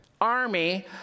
army